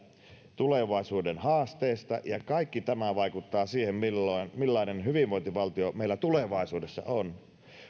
tulevaisuuden haasteista ja kaikki tämä vaikuttaa siihen millainen hyvinvointivaltio meillä tulevaisuudessa on